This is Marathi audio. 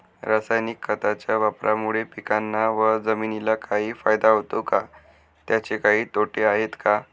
रासायनिक खताच्या वापरामुळे पिकांना व जमिनीला काही फायदा होतो का? त्याचे काही तोटे आहेत का?